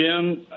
Jim